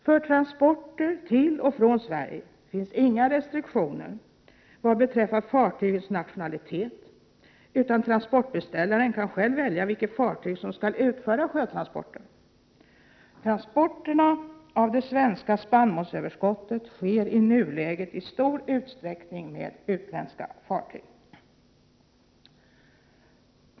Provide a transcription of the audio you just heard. För transporter till och från Sverige finns inga restriktioner vad beträffar fartygens nationalitet, utan transportbeställaren kan själv välja vilket fartyg som skall utföra sjötransporten. Transporterna av det svenska spannmålsöverskottet sker i nuläget i stor utsträckning med utländska fartyg.